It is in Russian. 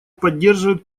поддерживает